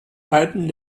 beiden